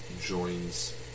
joins